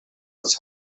aus